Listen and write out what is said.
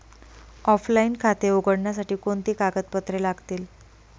Offline खाते उघडण्यासाठी कोणती कागदपत्रे लागतील?